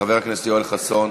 חבר הכנסת יואל חסון,